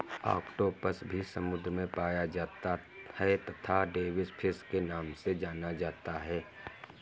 octopus भी समुद्र में पाया जाता है तथा डेविस फिश के नाम से जाना जाता है